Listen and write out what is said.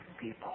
people